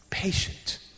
patient